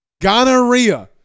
Gonorrhea